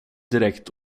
direkt